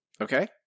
Okay